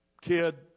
kid